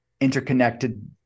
interconnected